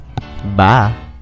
bye